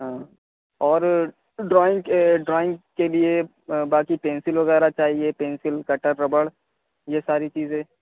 ہاں اور ڈرائنگ کے ڈرائنگ کے لیے باقی پینسل وغیرہ چاہیے پینسل کٹر ربڑ یہ ساری چیزیں